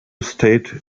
state